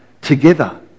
together